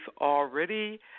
already